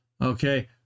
Okay